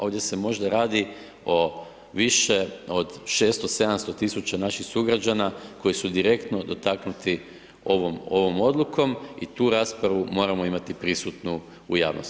Ovdje se možda radi o više od 600, 700 000 naših sugrađana koji su direktno dotaknuti ovom odlukom i tu raspravu moramo imati prisutnu u javnosti.